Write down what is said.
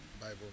Bible